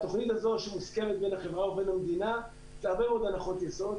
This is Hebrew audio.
התוכנית הזו שמוסכמת בין החברה ובין המדינה יש לה הרבה מאוד הנחות יסוד,